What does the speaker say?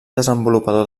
desenvolupador